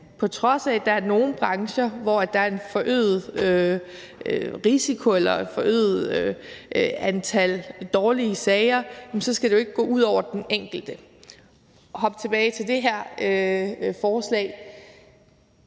På trods af at der er nogle brancher, hvor der er en forøget risiko eller et forhøjet antal dårlige sager, skal det jo ikke gå ud over den enkelte. Lad mig hoppe tilbage til det her forslag.